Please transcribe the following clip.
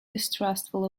distrustful